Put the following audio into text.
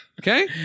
Okay